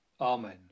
Amen